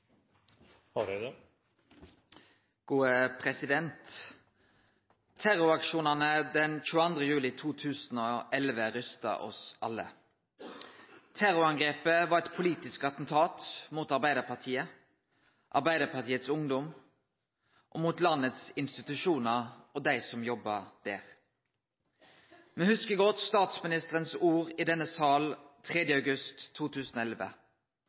Terroraksjonane den 22. juli 2011 rysta oss alle. Terrorangrepet var eit politisk attentat mot Arbeidarpartiet, Arbeidarpartiets ungdom og mot landets institusjonar og dei som jobbar der. Me hugsar godt statsministerens ord i denne sal 1. august 2011: